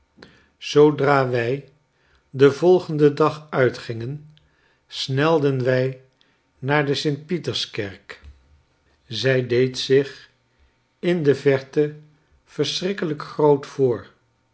zoodra wij den volgenden dag uitgingen snelden wij naar de st pieterskerk zij deed zich in de verte verschrikkelijk groot voor